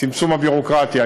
בצמצום הביורוקרטיה.